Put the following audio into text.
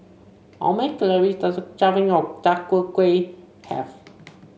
how many calories does a serving of char tow kwui have